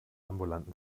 ambulanten